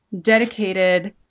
dedicated